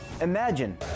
Imagine